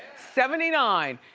seventy nine.